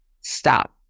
stop